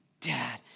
Dad